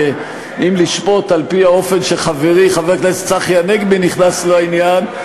שאם לשפוט על-פי האופן שבו חברי חבר הכנסת צחי הנגבי נכנס לעניין,